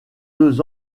deux